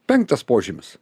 penktas požymis